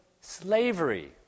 slavery